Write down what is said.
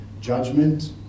Judgment